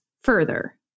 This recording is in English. further